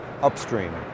upstream